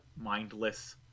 mindless